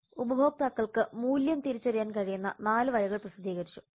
Zeithaml ഉപഭോക്താക്കൾക്ക് മൂല്യം തിരിച്ചറിയാൻ കഴിയുന്ന നാല് വഴികൾ പ്രസിദ്ധീകരിച്ചു